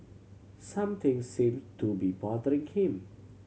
something seem to be bothering him